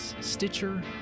Stitcher